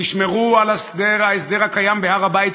תשמרו על ההסדר הקיים בהר-הבית,